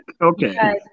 Okay